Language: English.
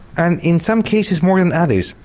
and in some cases more than others.